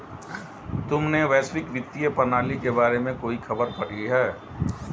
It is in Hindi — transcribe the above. तुमने वैश्विक वित्तीय प्रणाली के बारे में कोई खबर पढ़ी है?